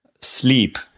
Sleep